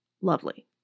Lovely